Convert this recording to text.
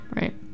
Right